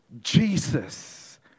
Jesus